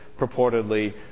purportedly